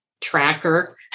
tracker